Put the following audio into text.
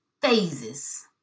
phases